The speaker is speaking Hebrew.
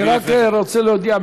אני רק רוצה להודיע.